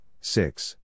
Six